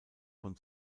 von